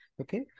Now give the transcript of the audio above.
okay